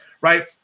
right